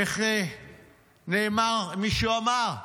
איך מישהו אמר?